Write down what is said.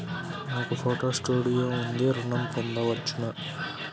నాకు photo studio ఉంది ఋణం పొంద వచ్చునా?